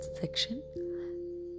section